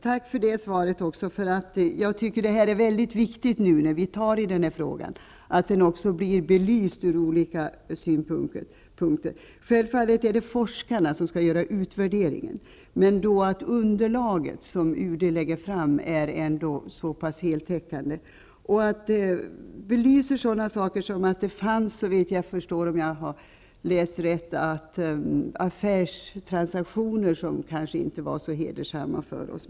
Fru talman! Jag tackar även för detta svar. Jag tycker nämligen att det är mycket viktigt när vi tar tag i denna fråga att den också blir belyst ur olika synpunkter. Självfallet är det forskarna som skall göra utvärderingen. Men det underlag som UD lägger fram måste ändå vara så heltäckande som möjligt och belysa att det förekom, om jag har läst rätt, affärstransaktioner som kanske inte var så hedersamma för oss.